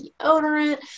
deodorant